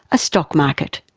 a stock market.